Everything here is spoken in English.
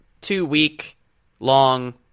two-week-long